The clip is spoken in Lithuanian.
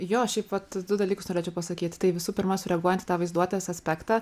jo šiaip vat du dalykus norėčiau pasakyt tai visų pirma reaguojant į tą vaizduotės aspektą